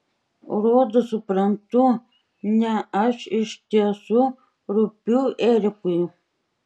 rodos suprantu ne aš iš tiesų rūpiu erikui